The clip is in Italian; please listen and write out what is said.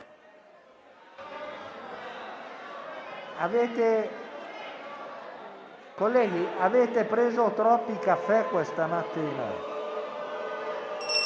Colleghi! Avete preso troppi caffè questa mattina?